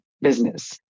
business